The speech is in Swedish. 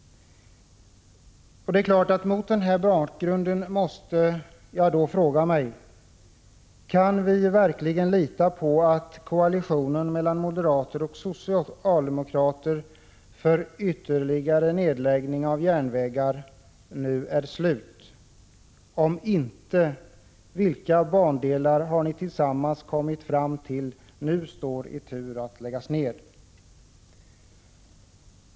Det är klart att jag mot denna bakgrund måste fråga: Kan vi verkligen lita på att 1 nedläggning av järnvägar nu har upphört? Om inte, vilka bandelar har ni tillsammans kommit fram till nu står i tur att läggas ner?